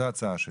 זו ההצעה שלי.